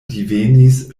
divenis